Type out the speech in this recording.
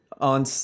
On